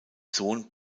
sohn